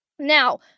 Now